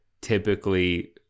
typically